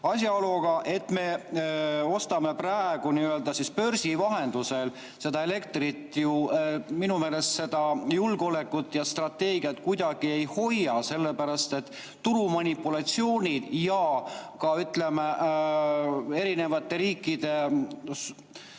Asjaolu aga, et me ostame praegu börsi vahendusel elektrit, minu meelest seda julgeolekut ja strateegiat kuidagi ei hoia, sellepärast et turumanipulatsioonide ja ka, ütleme, erinevate riikide